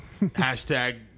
Hashtag